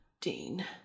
Dean